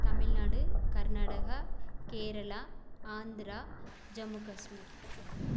Tamil Nadu Karnataka Kerala Andhra Jammu Kashmir